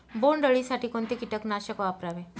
बोंडअळी साठी कोणते किटकनाशक वापरावे?